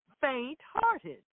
faint-hearted